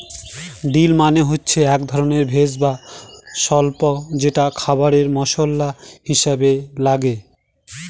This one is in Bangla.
ডিল মানে হচ্ছে এক ধরনের ভেষজ বা স্বল্পা যেটা খাবারে মশলা হিসাবে লাগে